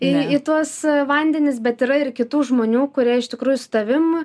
į tuos vandenis bet yra ir kitų žmonių kurie iš tikrųjų su tavim